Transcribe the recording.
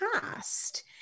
past